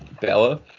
Bella